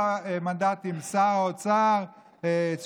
שר אוצר בארבעה מנדטים.